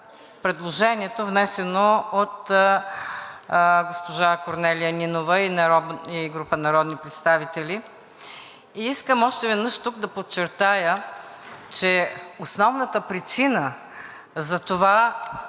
предложението, внесено от госпожа Корнелия Нинова и група народни представители. Искам още веднъж тук да подчертая, че основната причина за това